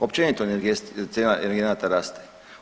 Općenito cijena energenata raste.